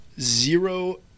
Zero